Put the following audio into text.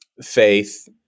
faith